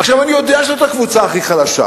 אני יודע שזאת הקבוצה הכי חלשה,